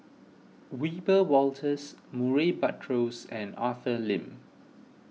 Wiebe Wolters Murray Buttrose and Arthur Lim